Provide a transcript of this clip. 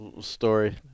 story